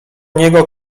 niego